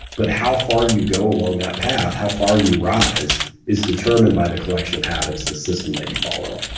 but how far you go along that path, how far you rise is determined by the collection of habits to the system that you follow.